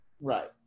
Right